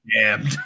damned